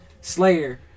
Slayer